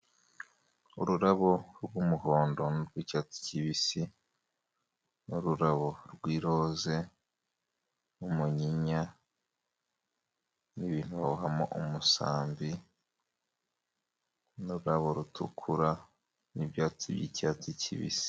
Ururabo rw'umuhondo, rw'icyatsi kibisi n'ururabo rw'iroze, umuyinya ibintu babohamo umusambi, n'irurabo rutukura, n'ibyatsi by'icyatsi kibisi.